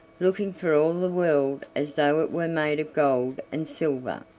looking for all the world as though it were made of gold and silver.